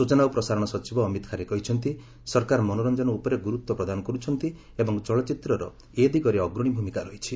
ସ୍ବଚନା ଓ ପ୍ରସାରଣ ସଚିବ ଅମିତ ଖାରେ କହିଛନ୍ତି ସରକାର ମନୋର୍ଚ୍ଚନ ଉପରେ ଗୁରୁତ୍ୱ ପ୍ରଦାନ କରୁଛନ୍ତି ଏବଂ ଚଳଚ୍ଚିତ୍ରର ଏ ଦିଗରେ ଅଗ୍ରଣୀ ଭୂମିକା ରହିଛି